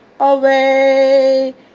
Away